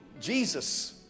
Jesus